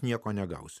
nieko negausiu